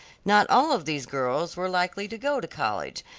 not all of these girls were likely to go to college,